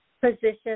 position